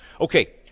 Okay